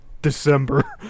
December